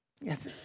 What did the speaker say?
Yes